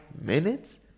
minutes